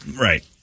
Right